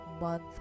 month